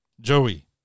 Joey